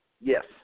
Yes